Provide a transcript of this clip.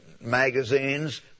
magazines